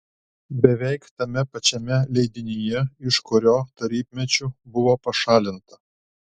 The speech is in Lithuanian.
beveik tame pačiame leidinyje iš kurio tarybmečiu buvo pašalinta